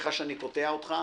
סליחה שאני קוטע איתך,